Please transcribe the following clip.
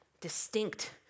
distinct